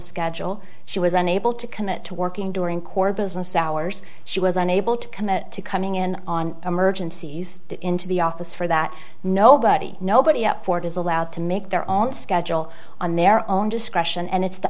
schedule she was unable to commit to working during core business hours she was unable to commit to coming in on emergencies into the office for that nobody nobody at ford is allowed to make their own schedule on their own discretion and it's the